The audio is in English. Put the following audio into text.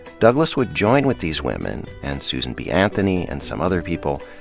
douglass would join with these women, and susan b. anthony and some other people,